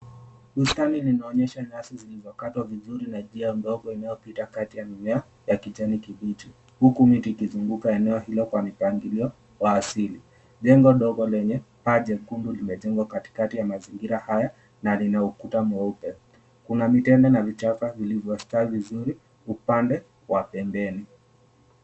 Bustani linaonyesha nyasi zilizokatwa vizuri na njia ndogo inayopita kati ya mimea ya kijani kibichi. Huku miti ikizunguka eneo hilo kwani mpangilio wa asili. Jengo dogo lenye pa jekundu limejengwa katikati ya mazingira haya na lina ukuta mweupe. Kuna vitendo na vichaka vilivyowastawi vizuri upande wa pembeni.